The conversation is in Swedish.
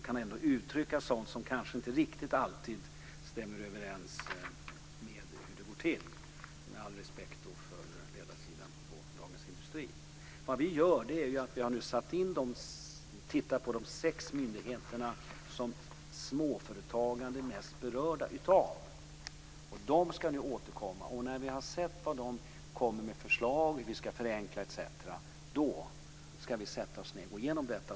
De kan ändå uttrycka sådant som kanske inte riktigt alltid stämmer överens med hur det går till, med all respekt för ledarsidan på Dagens Industri. Vi tittar nu på de sex myndigheter som småföretagare är mest berörda av. De ska återkomma. När vi har sett vad de kommer med för förslag till hur vi ska förenkla etc. ska vi sätta oss ned och gå igenom det.